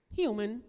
human